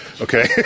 Okay